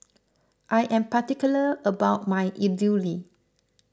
I am particular about my Idili